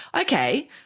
Okay